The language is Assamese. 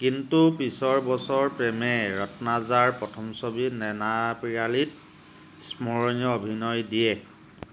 কিন্তু পিছৰ বছৰ প্ৰেমে ৰত্নাজাৰ প্ৰথম ছবি নেনাপীৰালীত স্মৰণীয় অভিনয় দিয়ে